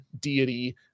deity